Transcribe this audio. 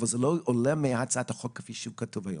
אבל זה לא עולה מהצעת החוק כפי שהוא כתוב היום.